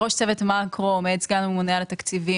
בראש צוות מקרו עומד סגן הממונה על התקציבים